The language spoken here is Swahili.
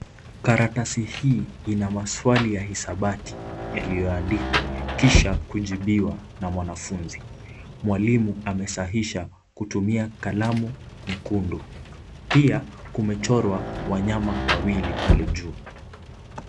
Karatasi hii ina maswali ya hisabati yaliyoandikwa kisha kujibiwa na mwanafunzi. Mwalimu amesahihisha kutumia kalamu nyekundu pia kumechorwa wanyama wawili pale juu